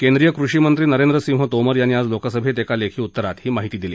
केंद्रीय कृषिमंत्री नरेंद्रसिंह तोमर यांनी आज लोकसभेत एका लेखी उत्तरात ही माहिती दिली